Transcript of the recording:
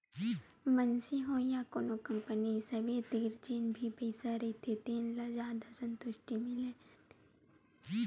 मनसे होय या कोनो कंपनी सबे तीर जेन भी पइसा रहिथे तेन ल जादा संतुस्टि मिलय तइसे बउरना चाहथे